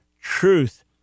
truth